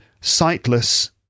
sightless